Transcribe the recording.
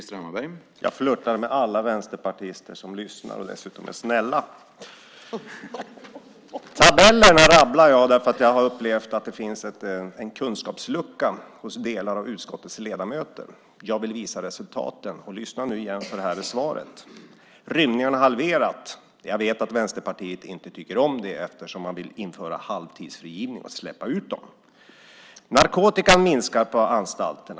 Herr talman! Jag flirtar med alla vänsterpartister som lyssnar och som dessutom är snälla. Tabellerna rabblar jag därför att jag har upplevt att det finns en kunskapslucka hos en del av utskottets ledamöter. Jag vill visa resultaten. Lyssna nu igen, för här är svaret! Antalet rymningar är halverat. Jag vet att Vänsterpartiet inte tycker om det. Man vill ju införa halvtidsfrigivning och släppa ut de intagna. Förekomsten av narkotika minskar på anstalterna.